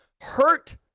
hurt